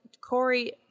Corey